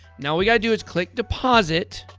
now, we got to do is click deposit.